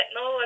no